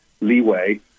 leeway